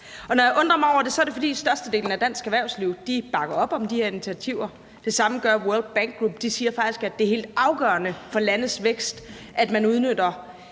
når jeg undrer mig over det, er det, fordi størstedelen af dansk erhvervsliv bakker op om de her intiativer. Det samme gør World Bank Group. De siger faktisk, at det er helt afgørende for landes vækst, at man udnytter